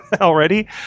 already